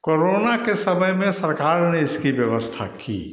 corona के समय में सरकार ने इसकी व्यवस्था की